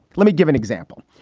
let me give an example.